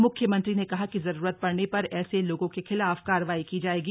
मुख्यमंत्री ने कहा कि जरूरत पड़ने पर ऐसे लोगों के खिलाफ कार्रवाई की जाएगी